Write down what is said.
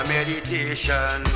meditation